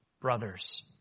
brothers